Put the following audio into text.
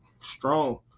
strong